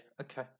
okay